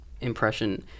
impression